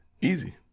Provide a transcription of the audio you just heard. Easy